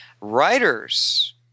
writers